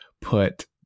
put